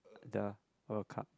the World Cup